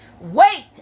Wait